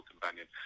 companion